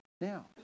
now